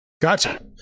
Gotcha